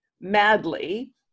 madly